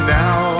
now